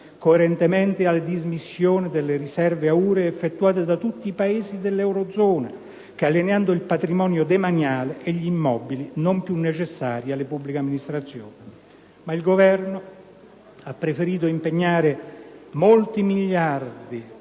coerentemente alle dismissioni delle riserve auree effettuate da tutti i Paesi dell'Eurozona, nonché alienando il patrimonio demaniale e gli immobili non più necessari alle pubbliche amministrazioni. Il Governo, tuttavia, ha preferito impegnare molti miliardi